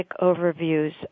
overviews